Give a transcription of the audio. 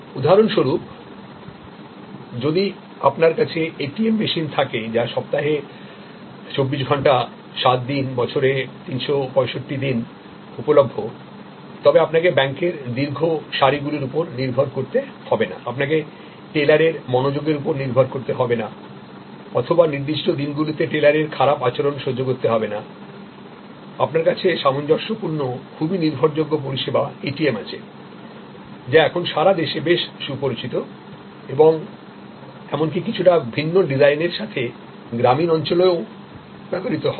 উদাহরণস্বরূপ যদি আপনি এটিএম মেশিন ব্যবহার করেন যা সপ্তাহে 24 ঘন্টা 7 দিন বছরে 365 দিন উপলভ্য তবে আপনাকে ব্যাংকের দীর্ঘ সারিগুলির উপর নির্ভর করতে হবে না আপনাকে টেলারের মনোযোগের উপর নির্ভর করতে হবে না অথবা নির্দিষ্ট দিনগুলিতে টেলারের খারাপ আচরণ সহ্য করতে হবে না আপনার কাছে সামঞ্জস্যপূর্ণ খুব নির্ভরযোগ্য ATM পরিষেবা আছে যা এখন সারা দেশে বেশ সুপরিচিত এবং এমনকি কিছুটা ভিন্ন ডিজাইনের সাথে গ্রামীণ অঞ্চলেও ব্যবহৃত হয়